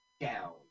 down